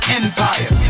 empire